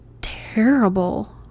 terrible